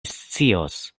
scios